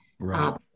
Right